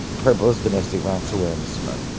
purple is domestic violence awareness month.